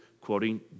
quoting